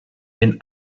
den